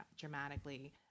dramatically